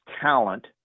talent